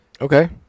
Okay